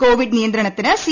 Covid നിയന്ത്രണത്തിന് C